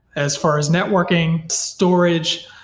as far as networking, storage,